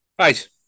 right